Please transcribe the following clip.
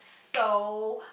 so